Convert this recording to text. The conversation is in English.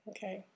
Okay